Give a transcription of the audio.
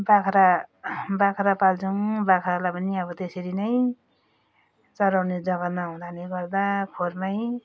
बाख्रा बाख्रा पाल्छौँ बाख्रालाई पनि त्यसरी नै चराउने जगा नहुनाले गर्दा खोरमा